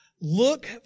Look